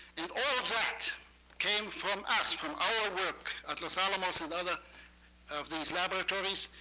and all that came from us, from our work at los alamos and other of these laboratories.